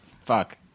Fuck